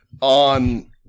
on